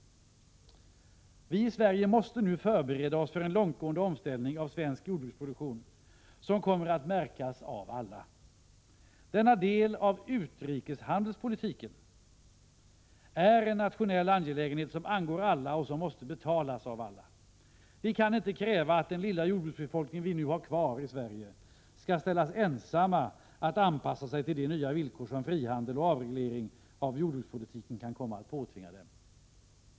Vi i Sverige måste nu förbereda oss för en långtgående omställning av svensk jordbruksproduktion, som kommer att märkas av alla. Denna del av utrikeshandelspolitiken är en nationell angelägenhet som angår alla och som måste betalas av alla. Vi kan inte kräva, att den lilla jordbruksbefolkning vi nu har kvar i Sverige skall ställas ensamma att anpassa sig till de nya villkor som frihandel och avreglering av jordbrukspolitiken kan komma att påtvinga dem.